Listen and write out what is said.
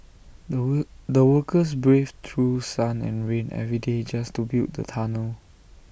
the the workers braved through sun and rain every day just to build the tunnel